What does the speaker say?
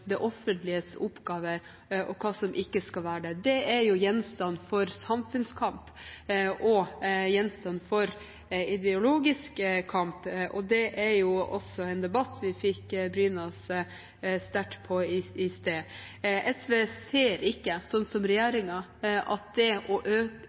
det. Det er jo gjenstand for samfunnskamp og ideologisk kamp, og det er en debatt vi også fikk brynt oss sterkt på i sted. SV ser ikke – som regjeringen gjør – at det å øke